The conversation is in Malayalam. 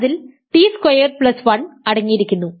അതിൽ ടി സ്ക്വയേർഡ് പ്ലസ് 1 അടങ്ങിയിരിക്കുന്നു